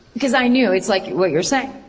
cause i knew. it's like what you were saying.